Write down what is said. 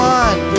one